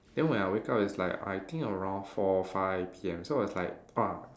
then when I wake up it's like around four five P_M so I was like !whoa!